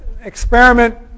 experiment